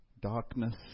darkness